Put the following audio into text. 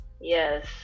Yes